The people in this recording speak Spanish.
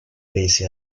pese